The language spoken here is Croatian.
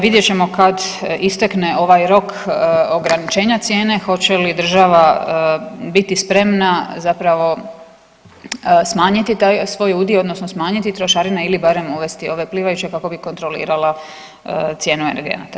Vidjet ćemo kada istekne ovaj rok ograničenja cijene, hoće li država biti spremna zapravo smanjiti taj svoj udio odnosno smanjiti trošarine ili barem uvesti ove plivajuće kako bi kontrolirala cijenu energenata.